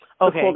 Okay